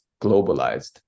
globalized